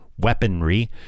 weaponry